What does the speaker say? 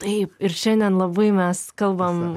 taip ir šiandien labai mes kalbam